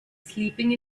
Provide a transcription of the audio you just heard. sleeping